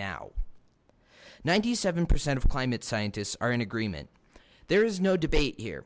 now ninety seven percent of climate scientists are in agreement there is no debate here